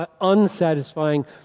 unsatisfying